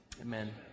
Amen